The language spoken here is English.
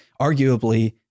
arguably